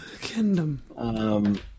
Kingdom